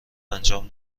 انجام